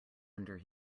under